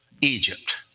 Egypt